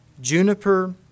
juniper